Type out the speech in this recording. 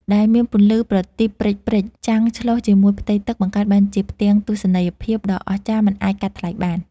ដែលមានពន្លឺប្រទីបព្រិចៗចាំងឆ្លុះជាមួយផ្ទៃទឹក បង្កើតបានជាផ្ទាំងទស្សនីយភាពដ៏អស្ចារ្យមិនអាចកាត់ថ្លៃបាន។